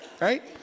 Right